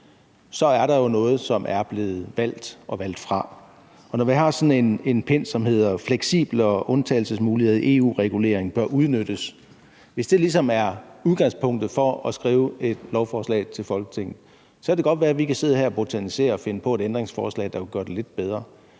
er der jo noget, som er blevet valgt og valgt fra. Og når vi har sådan en pind, som hedder »Fleksibilitet og undtagelsesmuligheder i EU-regulering bør udnyttes«, hvis det ligesom er udgangspunktet for at skrive et lovforslag til Folketinget, kan det godt være, vi kan sidde her og botanisere og finde på et ændringsforslag, der kunne gøre det lidt bedre,